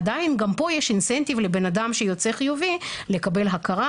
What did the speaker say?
עדיין גם פה יש incentive לבן אדם שיוצא חיובי לקבל הכרה